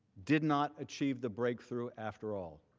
did not achieve the breakthrough after all.